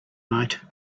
night